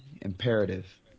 Imperative